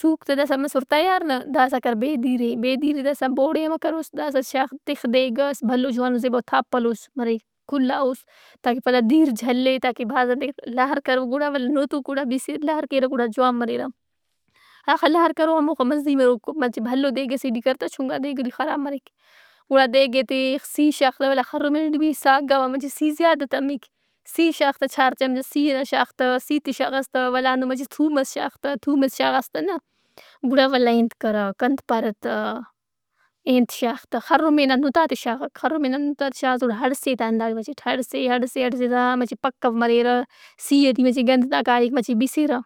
سُوک تا داسا مسر تیار نہ داسا کر بیدیر ئے۔ بیدیر ئے داسا بوڑ ئے امر کروس۔ داساشاغ تِخ دیگ ئس بھلو جوانوزیباؤ تھاپلوس مرے، کھلاؤس تاکہ پدا دِیر جھلٗے۔ تاکہ بھاز انتئے کہ لہر کریر گُڑا ولا نُم تون گڑابِسر لہر کیرہ گڑا جوان مریرہ۔ اخہ لار کرو ہموخہ مزہی مرو۔ مچہ بھلو دیگ ئسے ٹی کر تا چھنکا دیگ ئٹی خراب مریک۔ گڑا دیگ ئے تِخ سِی شاغ تہ ولدا خرمین ٹی بھی ساگ آ وامچہ سی زیادہ تمِّک، سِی شاغ تہ چار چمچہ۔ سی نا شاغ تہ سیت ئے شاغاس تا ولدا ہندن تھوم ئس شاغ تا۔ تھوم ئس شاغاس تانہ گڑا ولدا ہِن کرک انت پارہ تہ۔ اےانت شاغ تہ خرمین نا نُتات ئے شاغک- خرمین نا نتات ئے شاغاس گڑا ہڑسے تا ہنداڑے مچٹ۔ ہرسے ہڑسے ہڑسے تامچہ پکّّو مریرہ۔ سئ ئٹی مچہ گند تا کائک مچہ بِسِرہ۔